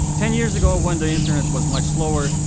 ten years ago, when the internet was much slower,